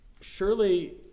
Surely